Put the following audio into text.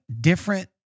different